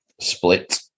split